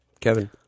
Kevin